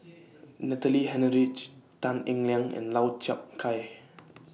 Natalie Hennedige Tan Eng Liang and Lau Chiap Khai